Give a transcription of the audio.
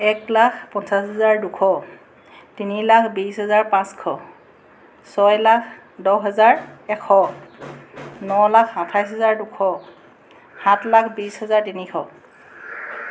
এক লাখ পঞ্চাছ হাজাৰ দুশ তিনি লাখ বিছ হেজাৰ পাঁচশ ছয় লাখ দহ হেজাৰ এশ ন লাখ আঠাইছ হাজাৰ দুশ সাত লাখ বিছ হেজাৰ তিনিশ